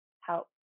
help